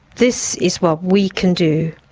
this is what we can do.